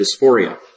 dysphoria